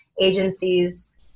agencies